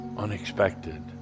Unexpected